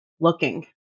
looking